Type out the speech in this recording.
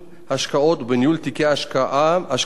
השקעות ובניהול תיקי השקעות (תיקון מס'